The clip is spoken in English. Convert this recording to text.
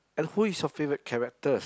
and who is your favourite characters